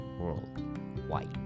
worldwide